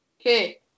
Okay